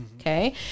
okay